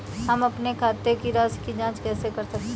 हम अपने खाते की राशि की जाँच कैसे कर सकते हैं?